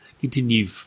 continue